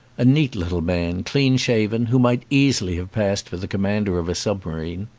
a neat little man, clean-shaven, who might easily have passed for the commander of a sub marine.